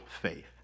faith